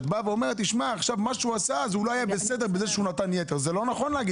כשאת באה ואומרת שהוא לא היה בסדר בכך שהוא נתן ביתר זה לא נכון.